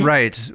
Right